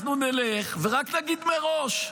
אנחנו נלך, ורק נגיד מראש: